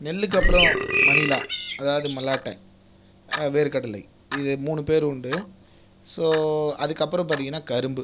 நெல்லுக்கு அப்புறம் மணிலா அதாவது மலாட்டை வேர்கடலை இது மூணு பேர் உண்டு ஸோ அதுக்கு அப்புறம் பார்த்திங்கன்னா கரும்பு